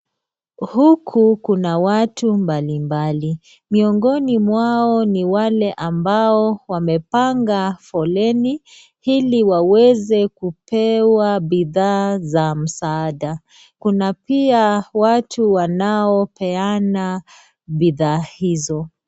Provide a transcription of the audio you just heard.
Huku kuna watu mbalimbali miongoni mwao ni wale ambao wamepanga foleni, ili waweze kupewa bidhaa za msaada kuna pia watu wanaopeana bidhaa hizo.